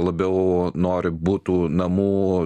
labiau nori butų namų